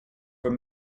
were